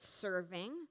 serving